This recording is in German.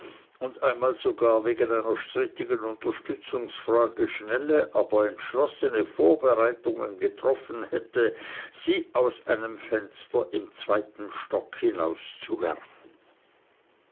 und einmal sogar wegen einer strittigen unterstützungsfrage schnelle aber entschlossene vorbereitungen getroffen hätte sie aus einem fenster im zweiten stock